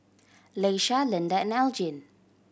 Iesha Lynda and Elgin